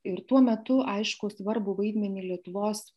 ir tuo metu aišku svarbų vaidmenį lietuvos